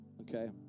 Okay